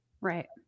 right